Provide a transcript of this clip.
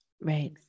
Right